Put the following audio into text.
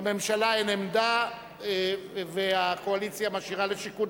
לממשלה אין עמדה והקואליציה משאירה לשיקול,